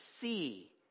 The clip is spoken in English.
see